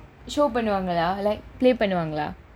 பண்ணுவாங்கலா:pannuvaangalaa like play பண்ணுவாங்கலா:pannuvaangalaa